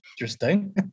interesting